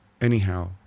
Anyhow